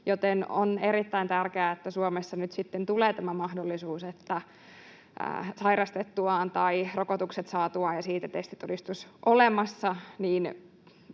joten on erittäin tärkeää, että Suomessa nyt sitten tulee tämä mahdollisuus, että sairastettuaan tai rokotukset saatuaan, kun siitä on testitodistus olemassa,